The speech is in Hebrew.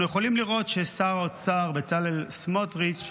אנחנו יכולים לראות ששר האוצר בצלאל סמוטריץ'